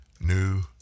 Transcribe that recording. New